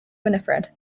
winifred